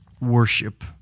worship